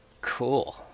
cool